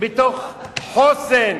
מתוך חוסן.